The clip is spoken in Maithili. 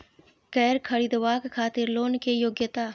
कैर खरीदवाक खातिर लोन के योग्यता?